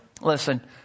listen